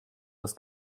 das